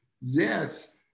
yes